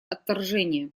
отторжение